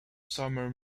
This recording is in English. summer